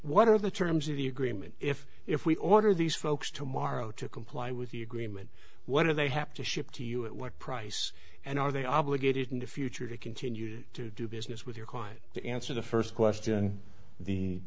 are the terms of the agreement if if we order these folks tomorrow to comply with the agreement what do they have to ship to you at what price and are they obligated in the future to continue to do business with your client to answer the first question the